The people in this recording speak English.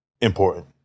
important